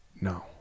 No